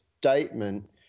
statement